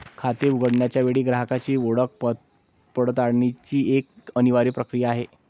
खाते उघडण्याच्या वेळी ग्राहकाची ओळख पडताळण्याची एक अनिवार्य प्रक्रिया आहे